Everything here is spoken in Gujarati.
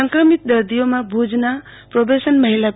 સંક્રમિત દર્દીઓમાં ભુજના પ્રોબેશન મહિલા આઈ